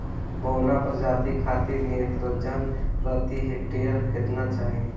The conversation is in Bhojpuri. बौना प्रजाति खातिर नेत्रजन प्रति हेक्टेयर केतना चाही?